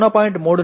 3 முதல் 0